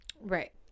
Right